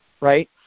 Right